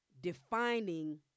defining